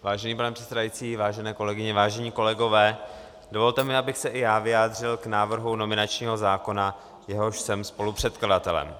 Vážený pane předsedající, vážené kolegyně, vážení kolegové, dovolte mi, abych se i já vyjádřil k návrhu nominačního zákona, jehož jsem spolupředkladatelem.